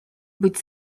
быть